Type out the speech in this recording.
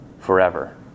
forever